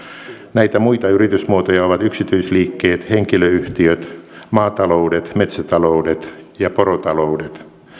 näitä muita yritysmuotoja ovat yksityisliikkeet henkilöyhtiöt maataloudet metsätaloudet ja porotaloudet